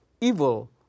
evil